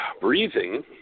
breathing